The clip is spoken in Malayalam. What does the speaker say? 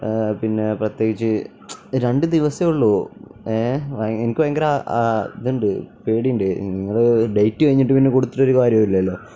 ആ പിന്നെ പ്രത്യേകിച്ച് രണ്ടു ദിവസമേ ഉള്ളു ഏ എനിക്ക് ഭയങ്കര ആ ഇതുണ്ട് പേടിയുണ്ട് നിങ്ങള് ഡേറ്റ് കഴിഞ്ഞിട്ടു പിന്നെ കൊടുത്തിട്ടൊരു കാര്യവുമില്ലല്ലോ